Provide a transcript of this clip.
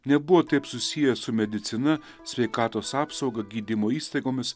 nebuvo taip susijęs su medicina sveikatos apsauga gydymo įstaigomis